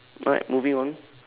right moving on